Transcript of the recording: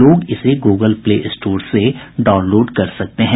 लोग इसे Google Play Store से डाउनलोड कर सकते हैं